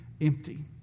empty